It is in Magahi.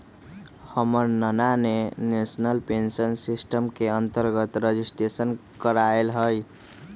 हमर नना ने नेशनल पेंशन सिस्टम के अंतर्गत रजिस्ट्रेशन करायल हइ